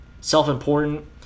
self-important